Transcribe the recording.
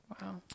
Wow